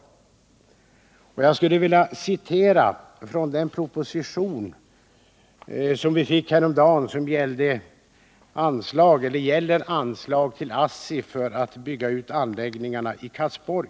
Jag skulle i det sammanhanget vilja citera ur den proposition som tar upp frågan om anslag till ASSI för att bygga ut anläggningarna i Karlsborg.